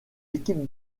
équipe